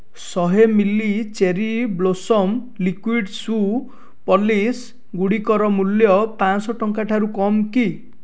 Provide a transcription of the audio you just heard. ଶହେ milli cherry blossom liquid shoe polish ଗୁଡ଼ିକର ମୂଲ୍ୟ ପାଞ୍ଚ ଶହେ ଟଙ୍କା ଠାରୁ କମ୍ କି